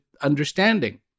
understanding